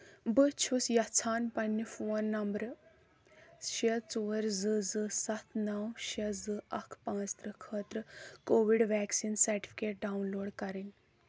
بہٕ چھُس یژھان پننہِ فون نمبرٕ شیٚے ژور زٕ زٕ سَتھ نو شیٚے زٕ اکھ پانٛژترٕہ خٲطرٕ covid vaccine certificate download کَرٕنۍ